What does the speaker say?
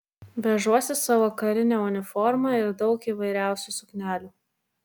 vežuosi savo karinę uniformą ir daug įvairiausių suknelių